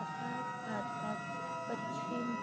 आता भारतात पश्चिम